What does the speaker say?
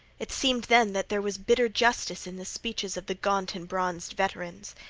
it seemed, then, that there was bitter justice in the speeches of the gaunt and bronzed veterans.